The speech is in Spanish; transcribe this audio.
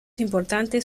importantes